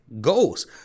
goals